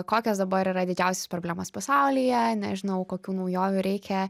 kokios dabar yra didžiausios problemos pasaulyje nežinau kokių naujovių reikia